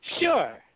Sure